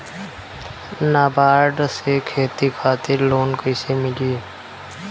नाबार्ड से खेती खातिर लोन कइसे मिली?